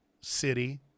City